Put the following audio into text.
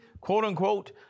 quote-unquote